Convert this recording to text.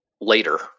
later